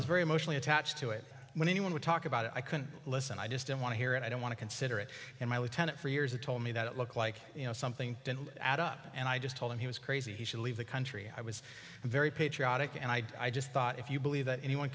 was very emotionally attached to it when anyone would talk about it i couldn't listen i just didn't want to hear it i don't want to consider it and my lieutenant for years it told me that it looked like something out up and i just told him he was crazy he should leave the country i was very patriotic and i just thought if you believe that anyone